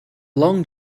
long